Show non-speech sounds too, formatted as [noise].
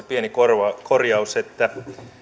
[unintelligible] pieni korjaus korjaus että